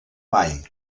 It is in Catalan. mai